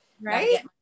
Right